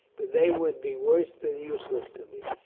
but they would be worse than useless to me.